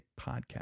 podcast